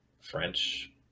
french